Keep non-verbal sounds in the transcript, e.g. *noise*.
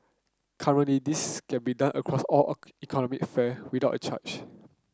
currently this can be done across all *unintelligible* economy fare without a charge